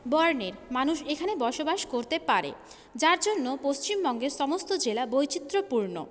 বর্ণের মানুষ এখানে বসবাস করতে পারে যার জন্য পশ্চিমবঙ্গের সমস্ত জেলা বৈচিত্রপূর্ণ